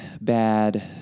bad